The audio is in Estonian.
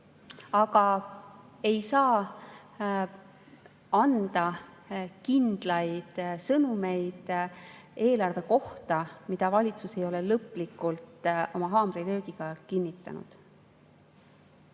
Aga ei saa anda kindlaid sõnumeid eelarve kohta, mida valitsus ei ole lõplikult oma haamrilöögiga kinnitanud.